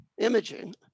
imaging